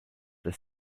the